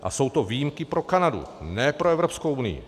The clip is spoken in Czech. A jsou to výjimky pro Kanadu, ne pro Evropskou unii.